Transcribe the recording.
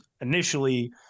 initially